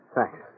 Thanks